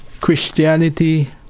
Christianity